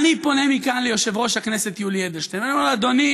קודם כול, אם הוא ימות,